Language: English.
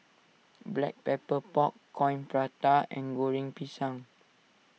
Black Pepper Pork Coin Prata and Goreng Pisang